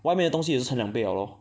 外面的东西也是乘两倍了 lor